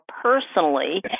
personally